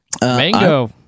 mango